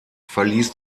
verließ